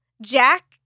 Jack